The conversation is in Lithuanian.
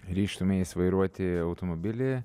ryžtumeisi vairuoti automobilį